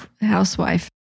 housewife